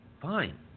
fine